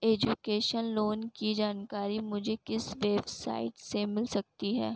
Education loan की जानकारी मुझे किस वेबसाइट से मिल सकती है?